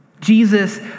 Jesus